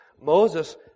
Moses